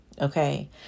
okay